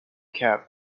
cavan